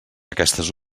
aquestes